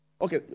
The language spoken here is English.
Okay